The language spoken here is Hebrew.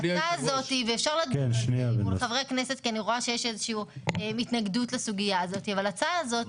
אני רואה שיש כאן התנגדות לסוגיה הזאת אבל ההצעה הזו